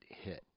hit